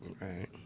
Right